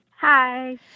Hi